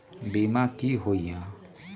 बीमा की होअ हई?